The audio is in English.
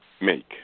make